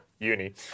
Uni